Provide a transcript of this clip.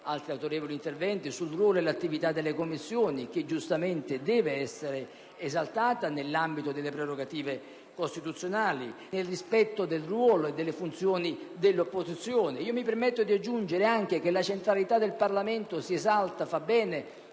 altri autorevoli senatori sul ruolo e l'attività delle Commissioni, che giustamente devono essere esaltati nell'ambito delle prerogative costituzionali, nel rispetto del ruolo e delle funzioni delle opposizioni. Mi permetto di aggiungere anche che la centralità del Parlamento si esalta - fa bene